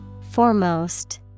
Foremost